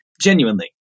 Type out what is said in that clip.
Genuinely